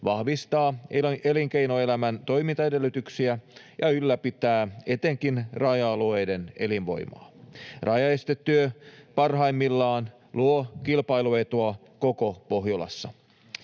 vahvistaa elinkeinoelämän toimintaedellytyksiä ja ylläpitää etenkin raja-alueiden elinvoimaa. Rajaestetyö parhaimmillaan luo kilpailuetua koko Pohjolassa.